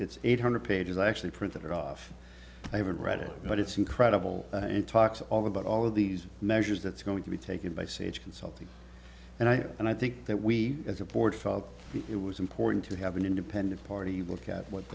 it's eight hundred pages i actually printed it off i haven't read it but it's incredible and talks all about all of these measures that's going to be taken by sage consulting and i and i think that we as a board felt it was important to have an independent party look at what